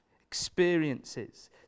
experiences